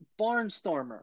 Barnstormer